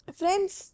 Friends